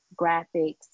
graphics